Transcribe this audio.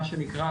מה שנקרא,